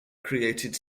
created